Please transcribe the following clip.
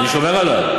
אני שומר עליו.